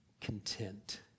content